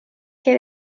que